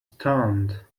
stunned